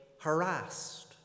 harassed